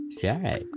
share